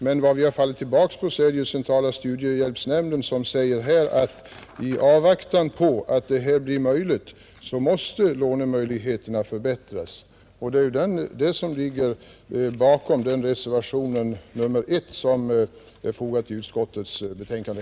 Men vi har fallit tillbaka på centrala studiehjälpsnämnden, som sagt att i avvaktan på att detta blir möjligt måste lånemöjligheterna förbättras. Det är detta som ligger bakom reservationen 1 till utskottets betänkande.